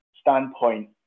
standpoint